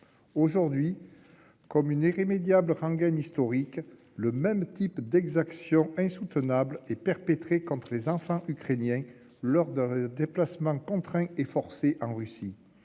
Aujourd'hui, comme une irrémédiable rengaine historique, le même type d'exactions insoutenables est perpétré contre les enfants ukrainiens lors de leurs déplacements contraints et forcés en Russie.